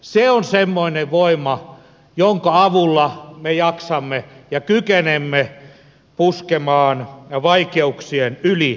se on semmoinen voima jonka avulla me jaksamme ja kykenemme puskemaan vaikeuksien yli